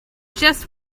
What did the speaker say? just